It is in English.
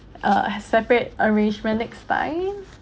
uh has separate arrangement next time